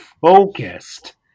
focused